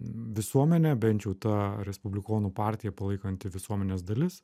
visuomenė bent jau ta respublikonų partiją palaikanti visuomenės dalis